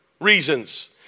reasons